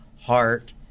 heart